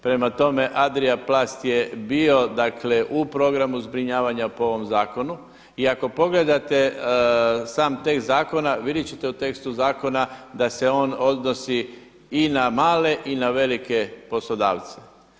Prema tome, Adria plast je bio dakle u programu zbrinjavanja po ovom zakonu i ako pogledate sam tekst zakona vidjet ćete u tekstu zakona da se on odnosi i na male i na velike poslodavce.